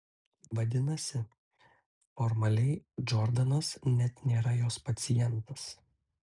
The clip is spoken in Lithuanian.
vadinasi formaliai džordanas net nėra jos pacientas